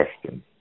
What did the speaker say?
question